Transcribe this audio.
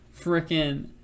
freaking